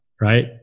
right